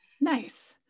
Nice